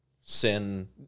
sin